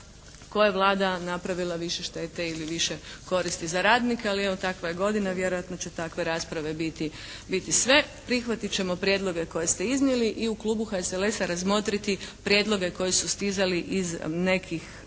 koje je Vlada napravila više štete ili više koristi za radnike, ali evo takva je godina, vjerojatno će takve rasprave biti sve. Prihvatit ćemo prijedloge koje ste iznijeli i u klubu HSLS-a razmotriti prijedloge koji su stizali iz nekih